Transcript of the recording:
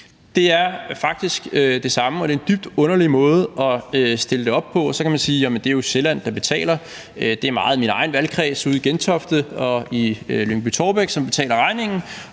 Det er faktisk det samme, og det er en dybt underlig måde at stille det op på, altså at man siger: Jamen det er jo Sjælland, der betaler; det er meget min egen valgkreds ude i Gentofte og i Lyngby-Taarbæk, som betaler regningen,